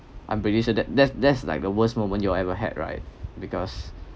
I'm pretty sure that that's that's like the worst moment you're ever had right because